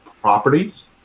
properties